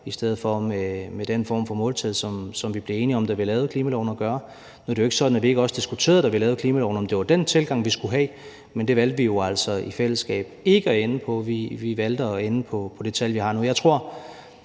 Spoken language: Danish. i stedet for med den form for måltal, som vi blev enige om at gøre, da vi lavede klimaloven. Nu er det jo ikke sådan, at vi ikke også diskuterede, da vi lavede klimaloven, om det var den tilgang, vi skulle have, men det valgte vi jo altså i fællesskab ikke at ende på. Vi valgte at ende på det måltal, vi har nu.